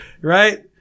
Right